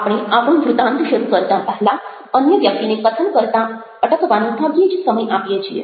આપણે આપણું વૃતાંત શરૂ કરતાં પહેલાં અન્ય વ્યક્તિને કથન કરતાં અટકવાનો ભાગ્યે જ સમય આપીએ છીએ